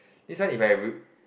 this one if I re~